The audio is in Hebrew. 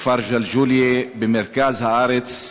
בכפר ג'לג'וליה, במרכז הארץ,